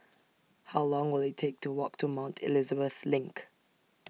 How Long Will IT Take to Walk to Mount Elizabeth LINK